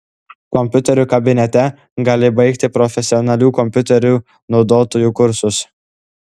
kompiuterių kabinete gali baigti profesionalių kompiuterių naudotojų kursus